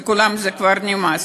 לכולם זה כבר נמאס.